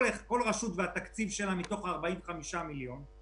כל רשות והתקציב שלה מתוך ה-45 מיליון שקל,